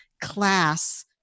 class